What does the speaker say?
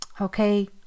Okay